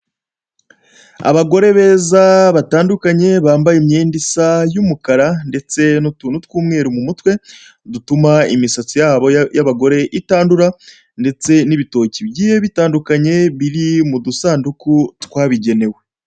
Abagore beza batandukanye, bambaye imyenda isa y'imukara ndetse n'utuntu tw'umweru mu mutwe, dutuma imisatsi yabo y'abagore itandura ndetse n'ibitoki bigiye bitandukanye biri mu dusanduku twabigenewe.